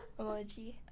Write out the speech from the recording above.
emoji